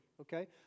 okay